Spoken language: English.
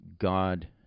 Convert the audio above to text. God